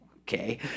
okay